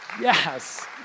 Yes